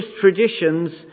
traditions